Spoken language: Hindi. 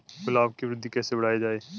गुलाब की वृद्धि कैसे बढ़ाई जाए?